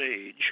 age